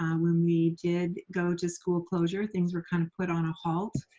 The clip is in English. um when we did go to school closure, things were kind of put on a halt.